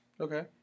Okay